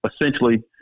essentially